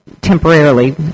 temporarily